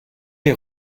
les